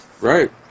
right